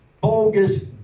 bogus